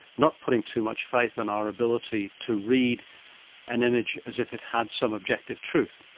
not putting too much faith in our ability to read an image as if it had some objective truth.